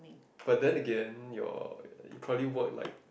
but then again your you probably work like